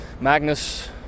Magnus